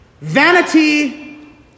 Vanity